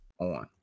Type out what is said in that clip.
on